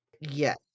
Yes